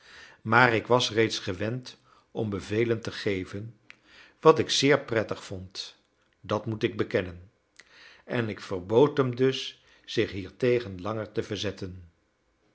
maar ik was reeds gewend om bevelen te geven wat ik zeer prettig vond dat moet ik bekennen en ik verbood hem dus zich hiertegen langer te verzetten